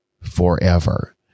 forever